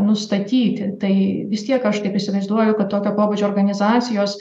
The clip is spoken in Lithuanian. nustatyti tai vis tiek aš taip įsivaizduoju kad tokio pobūdžio organizacijos